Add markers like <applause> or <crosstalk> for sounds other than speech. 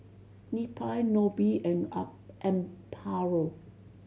Neppie Nobie and <unintelligible> Amparo